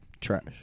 Trash